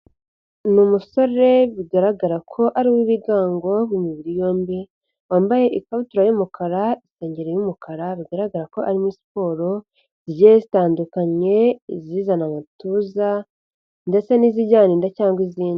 Ni umusore bigaragara ko ari uw'ibigango, w'imibiri yombi, wambaye ikabutura y'umukara isengeri y'umukara, bigaragara ko ari muri siporo zigiye zitandukanye, izizana amatuza ndetse n'izijyana inda cyangwa izindi.